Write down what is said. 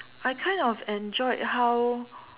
I kind of enjoyed how